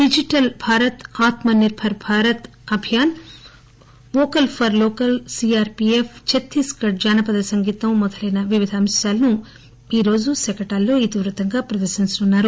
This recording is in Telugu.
digital Bharat Atmanirbhar Bharat Abhiyan vocal for local CRPF Chhattisgarh జానపద సంగీతం మొదలైన వివిధ అంశాలను ఈరోజు ప్రదర్శించనున్నారు